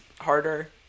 harder